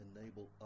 enable